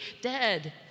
dead